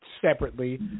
separately